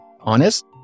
honest